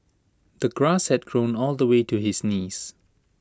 the grass had grown all the way to his knees